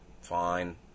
fine